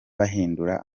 bahindura